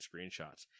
screenshots